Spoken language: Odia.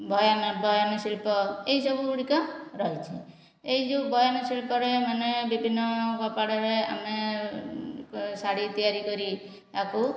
ବୟନ ବୟନଶିଳ୍ପ ଏହିସବୁ ଗୁଡ଼ିକ ରହିଛି ଏଇ ଯେଉଁ ବୟନଶିଳ୍ପରେ ମାନେ ବିଭିନ୍ନ କପଡ଼ାରେ ଆମେ ଶାଢ଼ୀ ତିଆରି କରି ଏହାକୁ